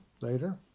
later